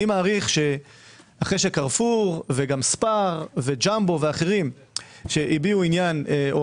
אני מעריך שאחרי שקרפור וספאר וג'מבו ואחרים שהביעו עניין או